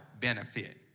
benefit